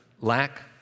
lack